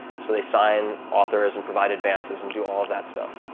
so they sign authors and provide advances and do all of that stuff,